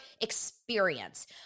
experience